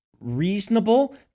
reasonable